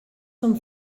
són